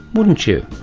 wouldn't you?